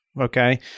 Okay